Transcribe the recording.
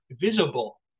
visible